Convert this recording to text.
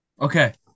Okay